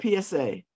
PSA